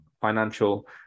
financial